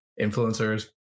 influencers